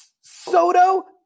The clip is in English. Soto